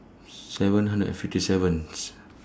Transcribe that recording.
seven hundred and fifty seventh